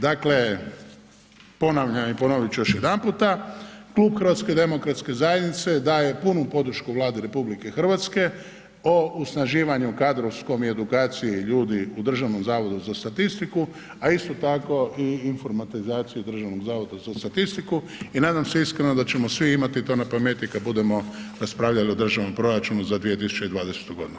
Dakle, ponavljam i ponovit ću još jedanputa Klub HDZ-a daje punu podršku Vladi RH o usnaživanju kadrovskom i edukaciji ljudi u Državnom zavodu za statistiku, a isto tako i informatizaciju u Državnom zavodu za statistiku i nadam se iskreno da ćemo svi imati to na pameti kad budemo raspravljali o državnom proračunu za 2020. godinu.